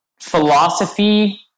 philosophy